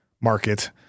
market